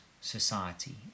society